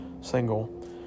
single